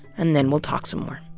and then we'll talk some more.